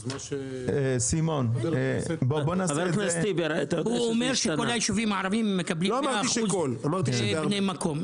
הוא אומר שכל היישובים הערביים מקבלים 100% בני מקום.